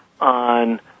on